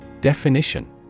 Definition